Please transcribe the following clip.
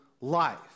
life